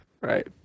Right